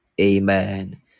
amen